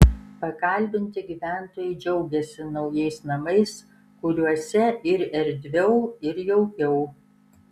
pakalbinti gyventojai džiaugėsi naujais namais kuriuose ir erdviau ir jaukiau